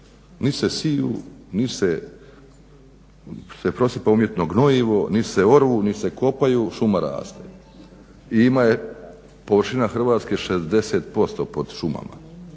nit se siju nit se prosipa umjetno gnojivo, nit se oru, nit se kopaju, a šuma raste i ima je površina Hrvatske je 60% pod šumama.